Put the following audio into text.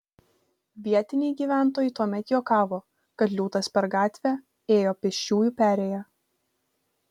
vietiniai gyventojai tuomet juokavo kad liūtas per gatvę ėjo pėsčiųjų perėja